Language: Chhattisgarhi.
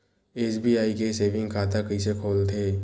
एस.बी.आई के सेविंग खाता कइसे खोलथे?